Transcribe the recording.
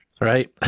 right